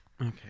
Okay